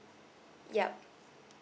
yup